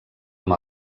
amb